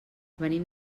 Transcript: venim